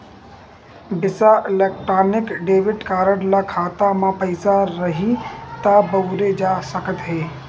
बिसा electronic debit card ल खाता म पइसा रइही त बउरे जा सकत हे